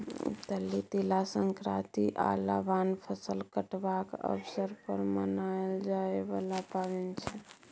होली, तिला संक्रांति आ लबान फसल कटबाक अबसर पर मनाएल जाइ बला पाबैन छै